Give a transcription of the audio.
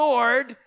Lord